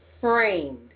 framed